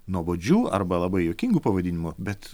nuobodžių arba labai juokingų pavadinimų bet